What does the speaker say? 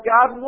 God